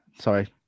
Sorry